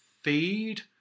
feed